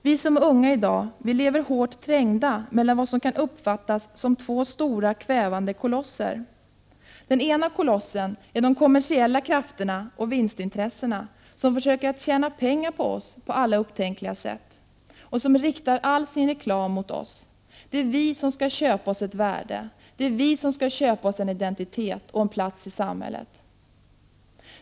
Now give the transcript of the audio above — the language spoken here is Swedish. Vi som är unga i dag lever hårt trängda mellan vad som uppfattas som två stora, kvävande kolosser. Den ena kolossen är de kommersiella krafterna och vinstintressena, som försöker att tjäna pengar på oss på alla upptänkliga sätt och som riktar all sin reklam mot oss. Det är vi som skall köpa oss ett värde, vi skall köpa en identitet och en plats i samhället.